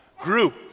group